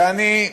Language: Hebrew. ואני,